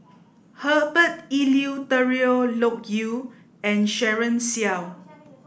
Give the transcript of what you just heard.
Herbert Eleuterio Loke Yew and Daren Shiau